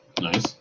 Nice